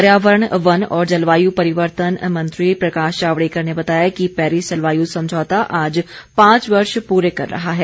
पर्यावरण वन और जलवायु परिवर्तन मंत्री प्रकाश जावड़ेकर ने बताया कि परिस जलवायु समझौता आज पांच वर्ष पूरे कर रहा है